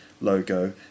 logo